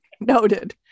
Noted